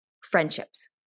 friendships